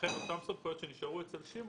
לכן אותן סמכויות שנשארו אצל שמעון,